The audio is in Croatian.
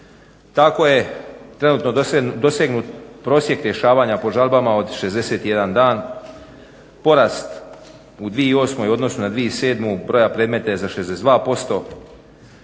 Tako je trenutno dosegnut prosjek rješavanja po žalbama od 61 dan, porast u 2008.u odnosu na 2007.broja predmeta je za 62%,